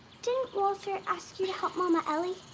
didn't walter ask you to help mama ellie?